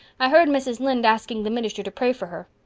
i herd mrs. lynde asking the minister to pray for her.